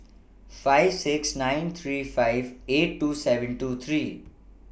five six nine three five eight two seven two three